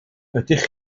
ydych